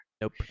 Nope